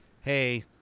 Hey